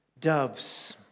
doves